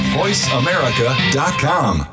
voiceamerica.com